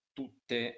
tutte